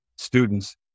students